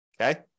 Okay